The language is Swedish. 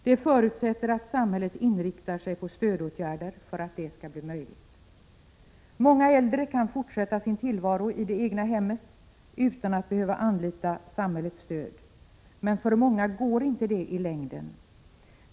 Det förutsätter att samhället inriktar sig på stödåtgärder för att det skall bli Prot. 1986/87:104 möjligt. Många äldre kan fortsätta sin tillvaro i det egna hemmet utan att behöva anlita samhällets stöd, men för många andra går det inte i längden.